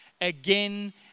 again